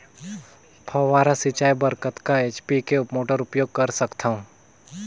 फव्वारा सिंचाई बर कतका एच.पी के मोटर उपयोग कर सकथव?